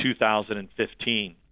2015